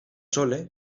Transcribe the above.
chole